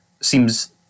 seems